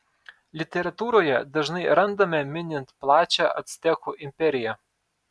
literatūroje dažnai randame minint plačią actekų imperiją